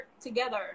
together